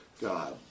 God